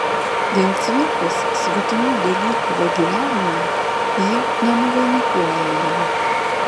dėl cvirkos svetimų dalykų vagiliavimo ji nenuvainikuoja jo